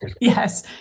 yes